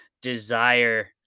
desire